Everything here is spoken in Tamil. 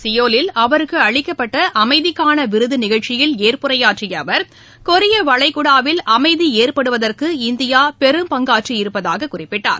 சியோலில் அவருக்கு அளிக்கப்பட்ட அமைதிக்கான விருது நிகழ்ச்சியில் ஏற்புரையாற்றிய அவர் கொரிய வளைகுடாவில் அமைதி ஏற்படுவதற்கு இந்தியா பெரும்பங்காற்றியிருப்பதாகக் குறிப்பிட்டார்